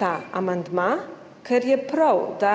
ta amandma, ker je prav, da